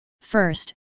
first